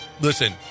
listen